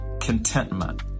contentment